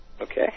Okay